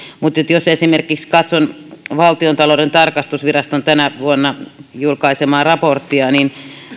mutta jos esimerkiksi katson valtiontalouden tarkastusviraston tänä vuonna julkaisemaa raporttia niin